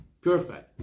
purified